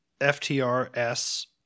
FTRS